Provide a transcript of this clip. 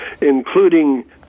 including